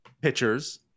pitchers